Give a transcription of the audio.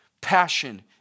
passion